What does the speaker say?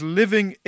living